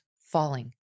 Falling